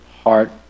heart